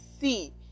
see